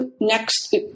next